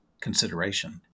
Consideration